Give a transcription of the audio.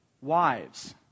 Wives